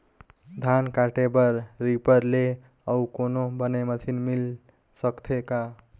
धान काटे बर रीपर ले अउ कोनो बने मशीन मिल सकथे का?